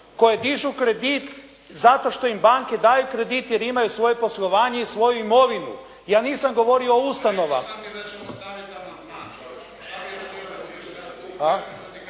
koji dužu kredit zato što im banke daju kredit jer imaju svoje poslovanje i svoju imovinu. Ja nisam govorio o ustanovama.